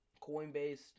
Coinbase